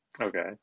Okay